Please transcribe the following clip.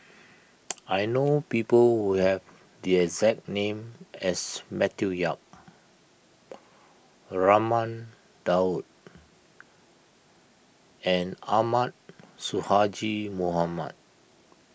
I know people who have the exact name as Matthew Yap Raman Daud and Ahmad Sonhadji Mohamad